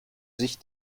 sich